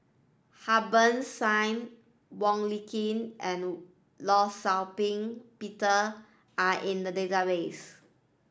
Harbans Singh Wong Lin Ken and Law Shau Ping Peter are in the database